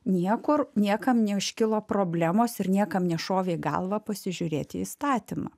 niekur niekam neižkilo problemos ir niekam nešovė į galvą pasižiūrėt į įstatymą